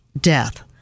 death